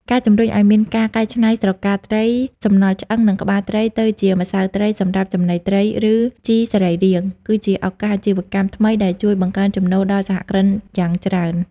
ការជំរុញឱ្យមានការកែច្នៃស្រកាត្រី សំណល់ឆ្អឹង និងក្បាលត្រីទៅជាម្សៅត្រីសម្រាប់ចំណីសត្វ ឬជីសរីរាង្គ គឺជាឱកាសអាជីវកម្មថ្មីដែលជួយបង្កើនចំណូលដល់សហគ្រិនយ៉ាងច្រើន។